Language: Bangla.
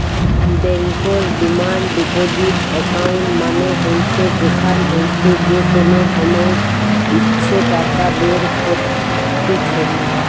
বেঙ্কর ডিমান্ড ডিপোজিট একাউন্ট মানে হইসে যেখান হইতে যে কোনো সময় ইচ্ছে টাকা বের কত্তিছে